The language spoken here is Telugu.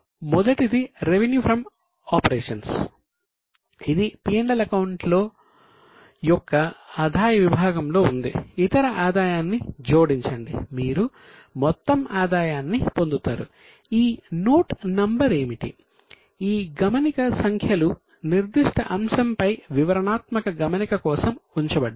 మొదటిది రెవెన్యూ ఫ్రం ఆపరేషన్స్ నిర్దిష్ట అంశంపై వివరణాత్మక గమనిక కోసం ఉంచబడ్డాయి